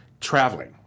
traveling